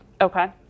Okay